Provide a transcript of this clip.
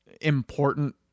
important